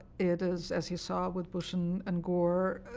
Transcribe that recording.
it is, as he saw with bush and and gore,